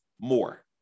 more